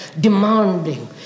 demanding